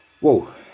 Whoa